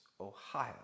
Ohio